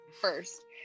first